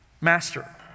Master